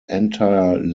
entire